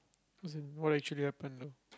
as in what actually happened